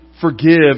forgive